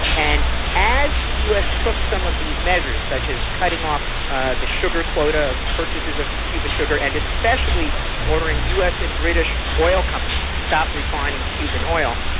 and as the us took some of these measures, such as cutting off ah the sugar quota, purchases of cuban sugar, and especially ordering us and british oil companies to stop refining cuban oil,